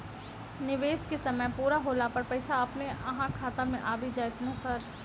निवेश केँ समय पूरा होला पर पैसा अपने अहाँ खाता मे आबि जाइत नै सर?